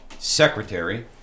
Secretary